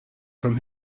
from